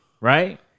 right